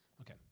Okay